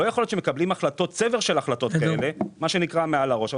לא יכול להיות שמקבלים צבר של החלטות כאלו מעל הראש.